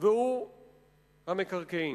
והוא המקרקעין.